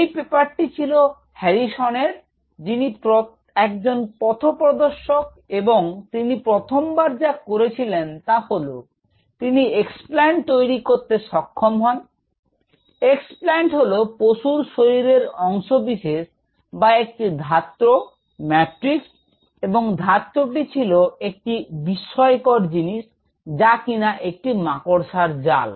এই পেপারটি ছিল হ্যারিসনের যিনি একজন পথপ্রদর্শক এবং তিনি প্রথমবার যা করেছিলেন তা হল তিনি এক্সপ্ল্যান্ট তৈরি করতে সক্ষন হন এক্সপ্ল্যানট হল পশুর শরীরের অংশবিশেষ বা একটি ধাত্র এবং ধাত্রটি ছিল একটি বিস্ময়কর জিনিস যা কিনা একটি মাকড়শার জাল